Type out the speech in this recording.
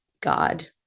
god